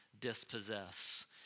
dispossess